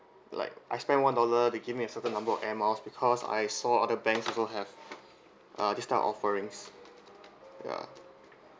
like I spend one dollar they give me a certain number of Air Miles because I saw other banks also have uh this type offerings ya